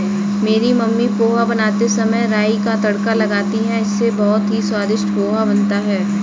मेरी मम्मी पोहा बनाते समय राई का तड़का लगाती हैं इससे बहुत ही स्वादिष्ट पोहा बनता है